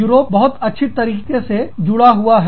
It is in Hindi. यूरो बहुत अच्छी तरीके से जुड़ा हुआ है